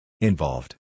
Involved